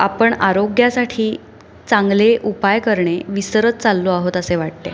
आपण आरोग्यासाठी चांगले उपाय करणे विसरत चाललो आहोत असे वाटते